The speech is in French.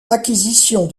acquisition